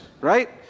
right